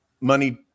money